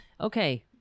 Okay